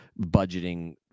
budgeting